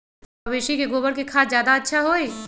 मवेसी के गोबर के खाद ज्यादा अच्छा होई?